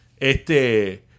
este